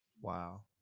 Wow